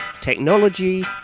technology